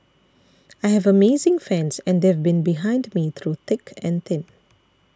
I have amazing fans and they've been behind me through thick and thin